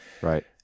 Right